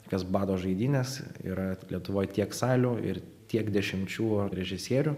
tokios bado žaidynės yra lietuvoj tiek salių ir tiek dešimčių režisierių